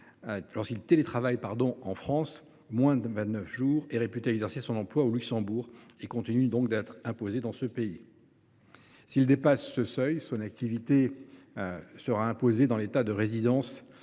qui télétravaille en France moins de 29 jours est réputé exercer son emploi au Luxembourg et continue donc d’être imposé dans ce pays. En revanche, s’il dépasse ce seuil, son activité sera imposée dans son État de résidence